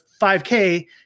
5k